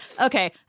okay